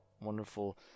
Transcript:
wonderful